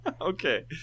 okay